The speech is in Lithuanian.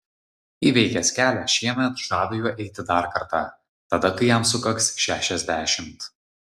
įveikęs kelią šiemet žada juo eiti dar kartą tada kai jam sukaks šešiasdešimt